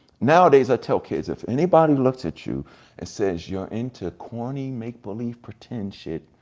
nowadays, i tell kids, if anybody looks at you and says, you're into corny, make believe, pretend shit,